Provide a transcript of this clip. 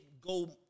go